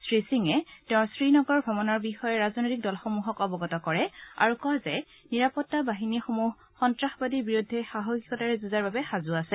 শ্ৰী সিঙে কালি তেওঁৰ শ্ৰীনগৰৰ ভ্ৰমণৰ বিষয়ে ৰাজনৈতিক দলসমূহক অৱগত কৰে আৰু কয় যে নিৰাপত্তা বাহিনীসমূহে সন্নাসবাদীৰ বিৰুদ্ধে সাহসীকতাৰে যুঁজাৰ বাবে সাজ আছে